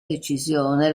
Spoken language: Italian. decisione